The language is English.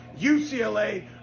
UCLA